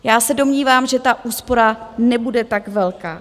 Já se domnívám, že ta úspora nebude tak velká.